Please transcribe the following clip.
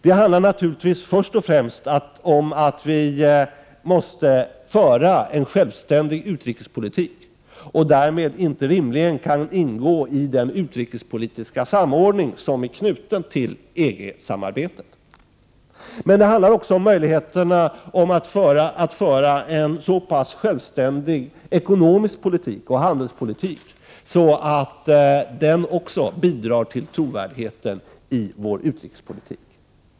Det handlar naturligtvis först och främst om att vi måste föra en självständig utrikespolitik och därmed inte rimligen kan ingå i den utrikespolitiska samordning som är knuten till EG-samarbetet. Det handlar också om möjligheterna att föra en så pass självständig ekonomisk politik och handelspolitik att också den bidrar till trovärdigheten i vår utrikespolitik.